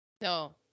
No